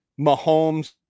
Mahomes